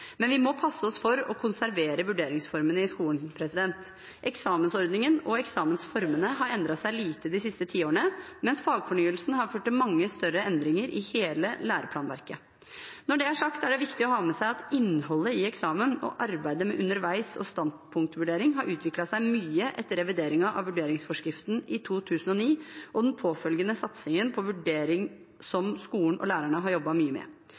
Men vi må passe oss for å konservere vurderingsformene i skolen. Eksamensordningen og eksamensformene har endret seg lite de siste tiårene, mens fagfornyelsen har ført til mange større endringer i hele læreplanverket. Når det er sagt, er det viktig å ha med seg at innholdet i eksamen og arbeidet med underveis- og standpunktvurdering har utviklet seg mye etter revideringen av vurderingsforskriften i 2009 og den påfølgende satsingen på vurdering som skolen og lærerne har jobbet mye med.